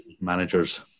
managers